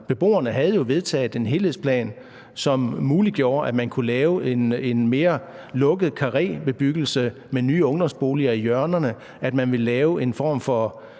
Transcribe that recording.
Beboerne havde jo vedtaget en helhedsplan, som muliggjorde, at man kunne lave en mere lukket karrébebyggelse med nye ungdomsboliger i hjørnerne,